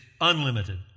unlimited